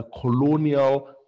colonial